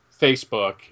Facebook